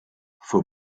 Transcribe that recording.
fue